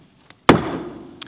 tar l